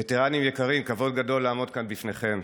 וטרנים יקרים, כבוד גדול לעמוד כאן בפניכם.